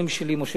משה שיפמן,